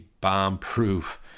bomb-proof